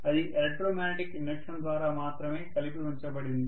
అది electromagnetic induction ద్వారా మాత్రమే కలిపి ఉంచబడింది